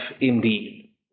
indeed